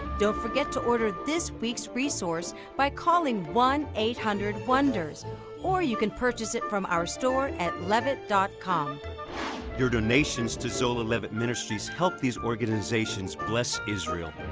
don't forget to order this week's resource by calling one eight hundred wonders or you can purchase it from our store at levitt dot com your donations to zola levitt ministries help these organizations bless israel.